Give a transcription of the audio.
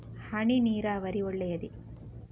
ಹನಿ ನೀರಾವರಿ ಒಳ್ಳೆಯದೇ?